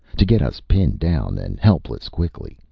to get us pinned down and helpless quickly,